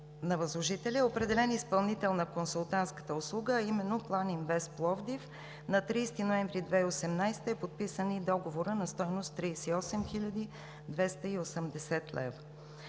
на възложителя е определен изпълнител на консултантската услуга, а именно „План Инвест Пловдив“. На 30 ноември 2018 г. е подписан и договорът на стойност 38 хил.